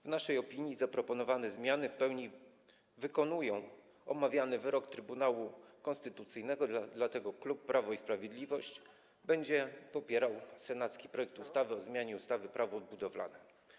W naszej opinii zaproponowane zmiany w pełni wykonują omawiany wyrok Trybunału Konstytucyjnego, dlatego klub Prawo i Sprawiedliwość będzie popierał senacki projekt ustawy o zmianie ustawy Prawo budowlane.